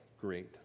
great